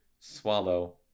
Swallow